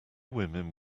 women